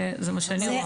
זה מה שאני רואה.